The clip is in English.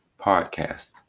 podcast